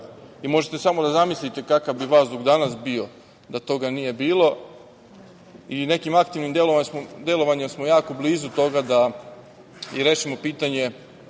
i možete samo da zamislite kakav bi vazduh danas bio da toga nije bilo. I nekim aktivnim delovanjem smo jako blizu toga da rešimo pitanje